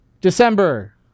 december